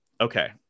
okay